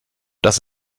das